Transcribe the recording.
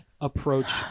approach